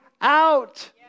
out